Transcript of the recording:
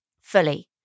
fully